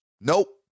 Nope